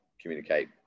communicate